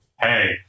hey